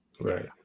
Right